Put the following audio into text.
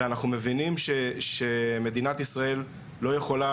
אלא אנחנו מבינים שמדינת ישראל לא יכולה